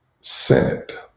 Senate